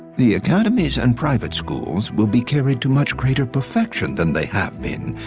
the academies and private schools will be carried to much greater perfection than they have been,